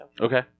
Okay